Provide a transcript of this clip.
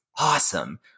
awesome